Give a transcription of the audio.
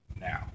now